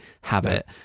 habit